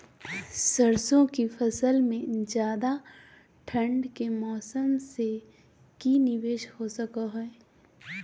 सरसों की फसल में ज्यादा ठंड के मौसम से की निवेस हो सको हय?